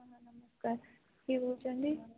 ହଁ ହଁ ନମସ୍କାର କିଏ କହୁଛନ୍ତି